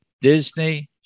Disney